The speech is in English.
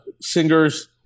singers